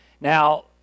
Now